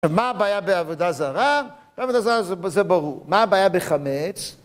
מה הבעיה בעבודה זרה? בעבודה זרה זה ברור. מה הבעיה בחמץ?